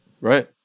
Right